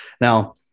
Now